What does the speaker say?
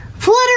flutter